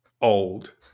old